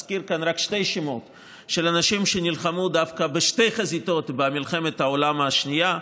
רק שני שמות של אנשים שנלחמו דווקא בשתי חזיתות במלחמת העולם השנייה.